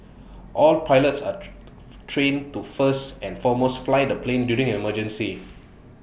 all pilots are trained to first and foremost fly the plane during emergency